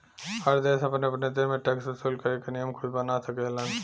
हर देश अपने अपने देश में टैक्स वसूल करे क नियम खुद बना सकेलन